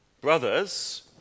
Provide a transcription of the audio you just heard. Brothers